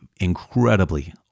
incredibly